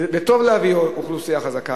וטוב להביא אוכלוסייה חזקה,